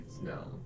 no